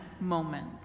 moment